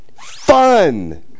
Fun